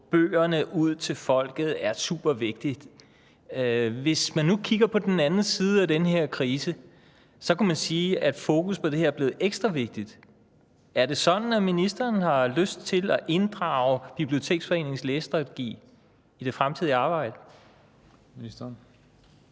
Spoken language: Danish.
bøgerne ud til folket er supervigtigt. Hvis man nu kigger på den anden side af den her krise, kan man sige, at fokus på det her er blevet ekstra vigtigt. Er det sådan, at ministeren har lyst til at inddrage Biblioteksforeningens læsestrategi i det fremtidige arbejde?